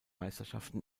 meisterschaften